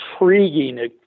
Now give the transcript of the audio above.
intriguing